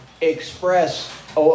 express